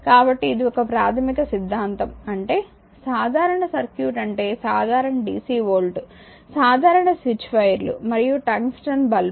కాబట్టి ఇది ఒక ప్రాథమిక సిద్ధాంతం అంటే సాధారణ సర్క్యూట్ అంటే సాధారణ డిసి వోల్ట్ సాధారణ స్విచ్ వైర్లు మరియు టంగ్స్టన్ బల్బు